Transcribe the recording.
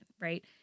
right